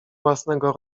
własnego